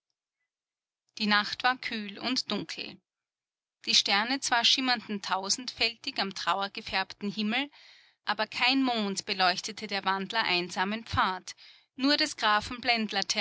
die nacht war kühl und dunkel die sterne zwar schimmerten tausendfältig am trauergefärbten himmel aber kein mond beleuchtete der wandler einsamen pfad nur des grafen